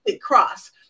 cross